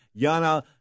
Yana